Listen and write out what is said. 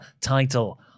title